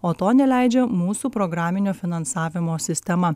o to neleidžia mūsų programinio finansavimo sistema